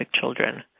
children